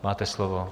Máte slovo.